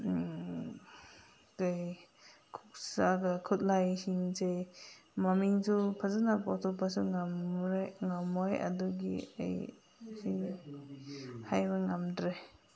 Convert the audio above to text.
ꯈꯨꯠꯁꯥꯒ ꯈꯨꯠꯂꯥꯏꯁꯤꯡꯁꯦ ꯃꯃꯤꯡꯁꯨ ꯐꯖꯅ ꯐꯣꯡꯗꯣꯛꯄꯁꯨ ꯉꯝꯂꯣꯏ ꯑꯗꯨꯒꯤ ꯑꯩ ꯁꯤ ꯍꯥꯏꯕ ꯉꯝꯗ꯭ꯔꯦ